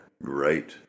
Right